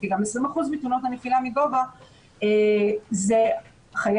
כי גם 20% מתאונות הנפילה מגובה זה חיי